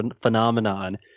phenomenon